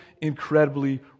incredibly